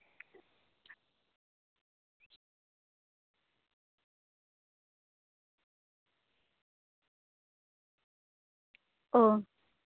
ᱚ